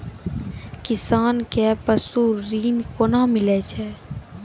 किसान कऽ पसु ऋण कोना मिलै छै?